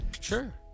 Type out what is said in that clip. Sure